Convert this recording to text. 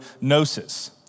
gnosis